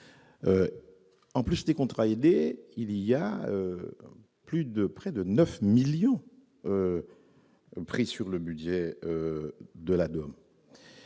en plus des contrats aidés, il y a plus de près de 9 millions pris sur le budget de la année